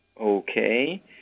Okay